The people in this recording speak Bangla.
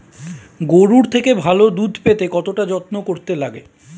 গরুর থেকে ভালো দুধ পেতে কতটা যত্ন করতে লাগে